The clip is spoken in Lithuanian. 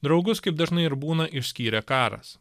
draugus kaip dažnai ir būna išskyrė karas